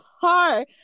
car